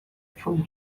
from